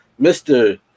Mr